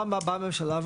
באה הממשלה,